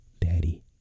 daddy